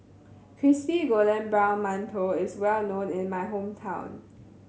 crispy golden brown mantou is well known in my hometown